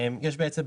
המשפט.